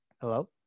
Hello